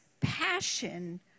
passion